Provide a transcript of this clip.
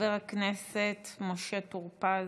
חבר הכנסת משה טור פז.